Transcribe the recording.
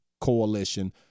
coalition